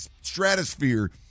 stratosphere